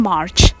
March